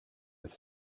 with